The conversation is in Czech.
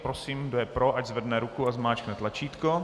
Prosím, kdo je pro, ať zvedne ruku a zmáčkne tlačítko.